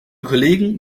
kollegen